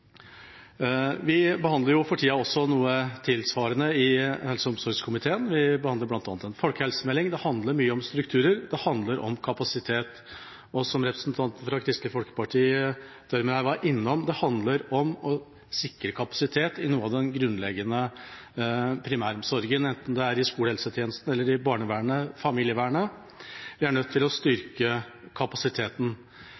vi langt fra er i mål. Vi behandler for tida også noe tilsvarende i helse- og omsorgskomiteen, bl.a. en folkehelsemelding. Det handler mye om strukturer, det handler om kapasitet. Og som representanten fra Kristelig Folkeparti, Thürmer, var innom: Det handler om å sikre kapasitet til den grunnleggende primæromsorgen, enten det er skolehelsetjenesten, barnevernet eller familievernet. Vi er nødt til å styrke kapasiteten.